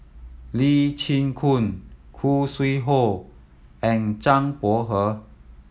Lee Chin Koon Khoo Sui Hoe and Zhang Bohe